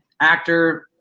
actor